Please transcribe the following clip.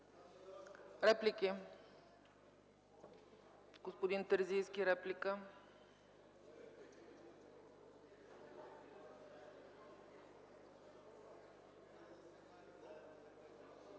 Реплики? Господин Терзийски – реплика.